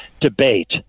debate